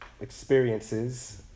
experiences